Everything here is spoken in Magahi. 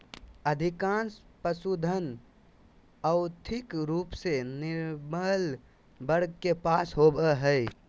अधिकांश पशुधन, और्थिक रूप से निर्बल वर्ग के पास होबो हइ